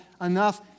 enough